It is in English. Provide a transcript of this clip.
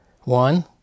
One